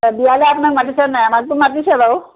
অঁ বিয়ালৈ আপোনাক মাতিছেনে নাই আমাকতো মাতিছে বাৰু